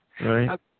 Right